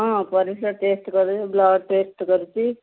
ହଁ ପରିସ୍ରା ଟେଷ୍ଟ୍ କରି ବ୍ଲଡ଼୍ ଟେଷ୍ଟ୍ କରିଛି